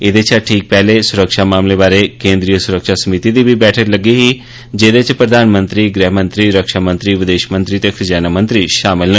एहदें शा ठीक पैहलें सुरक्षा मामलें बारै केंद्रीय सुरक्षा समिति दी बी बैठक लग्गी ही जेहदे च प्रधानमंत्री गृहमंत्री रक्षामंत्री वदेशमंत्री ते खजाना मंत्री शामल न